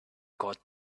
caught